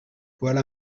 voilà